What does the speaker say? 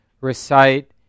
recite